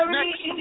next